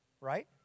right